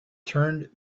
turned